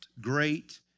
great